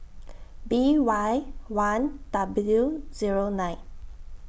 B Y one W Zero nine